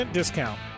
discount